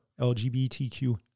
LGBTQ